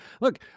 Look